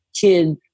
kid